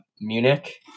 Munich